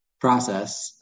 process